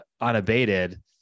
unabated